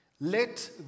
Let